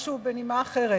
משהו בנימה אחרת.